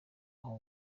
aho